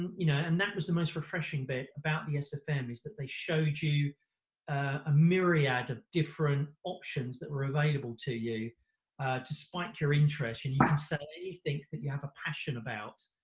you know, and that was the most refreshing bit, about sfm is that they showed you a myriad of different options that were available to you to spike your interest, and you can sell anything that you have a passion about.